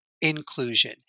inclusion